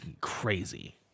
crazy